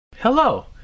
hello